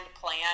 plan